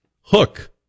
hook